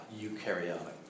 eukaryotic